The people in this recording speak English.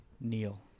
Neil